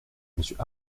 monsieur